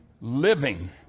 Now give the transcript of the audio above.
living